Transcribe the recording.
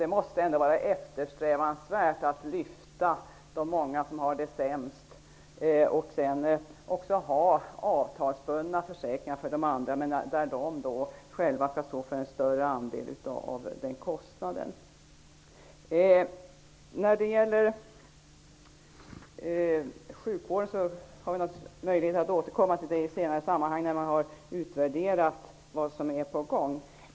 Det måste väl ändå vara eftersträvansvärt att lyfta de många som har det sämst, att ha avtalsbundna försäkringar för de andra men att de själva skall stå för en större andel av den kostnaden. Vi har möjlighet att återkomma till frågorna rörande sjukvården i ett senare sammanhang, när man har utvärderat vad som är på gång.